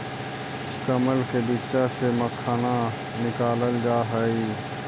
कमल के बीच्चा से मखाना निकालल जा हई